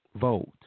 Vote